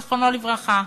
זיכרונו לברכה.